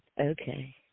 Okay